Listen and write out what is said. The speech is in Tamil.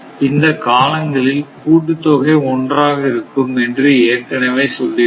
இந்த காலங்களில் கூட்டுத்தொகை ஒன்றாக இருக்கும் என்று ஏற்கனவே சொல்லியுள்ளேன்